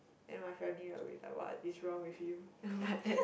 and my family will reply what is wrong with you